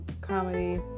comedy